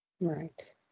Right